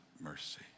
mercy